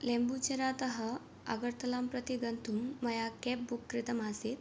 लेम्बुचेरातः अगर्तलां प्रति गन्तुं मया केब् बुक् कृतम् आसीत्